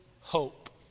hope